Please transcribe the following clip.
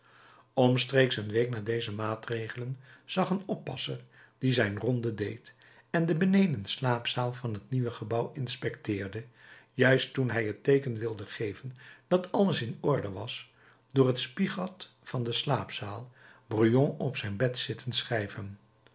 omstreeks een week na deze maatregelen zag een oppasser die zijn ronde deed en de benedenslaapzaal van het nieuwe gebouw inspecteerde juist toen hij het teeken wilde geven dat alles in orde was door het spiegat van de slaapzaal brujon op zijn bed zitten schrijven